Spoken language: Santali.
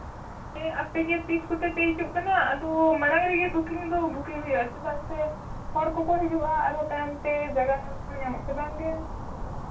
ᱥᱮ ᱟᱯᱮᱜᱮ ᱛᱤᱥ ᱠᱚᱛᱮ ᱯᱮ ᱦᱤᱡᱩᱜ ᱠᱟᱱᱟ ᱟᱫᱚ ᱢᱟᱲᱟᱝ ᱨᱮᱜᱮ ᱵᱩᱠᱤᱝ ᱫᱚ ᱵᱩᱠᱤᱝ ᱦᱩᱭᱩᱜᱼᱟ ᱪᱮᱫᱟᱜ ᱥᱮ ᱦᱚᱲ ᱠᱚᱠᱚ ᱦᱤᱡᱩᱜᱼᱟ ᱟᱨᱦᱚᱸ ᱛᱟᱭᱚᱢ ᱛᱮ ᱡᱟᱭᱜᱟ ᱠᱚ ᱧᱟᱢ ᱟᱥᱮ ᱵᱟᱝ ᱜᱮ